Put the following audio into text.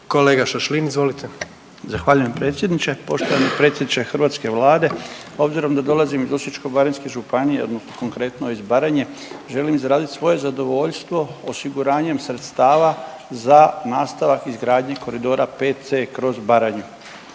**Šašlin, Stipan (HDZ)** Zahvaljujem predsjedniče. Poštovani predsjedniče hrvatske Vlade, obzirom da dolazim iz Osječko-baranjske županije odnosno konkretno iz Baranje želim izrazit svoje zadovoljstvo osiguranjem sredstava za nastavak izgradnje Koridora 5C kroz Baranju.